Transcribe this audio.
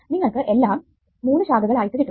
നിങ്ങൾക്ക് എല്ലാം മൂന്ന് ശാഖകൾ ആയിട്ട് കിട്ടും